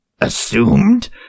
assumed